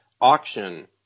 auction